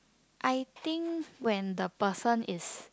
I think when the person is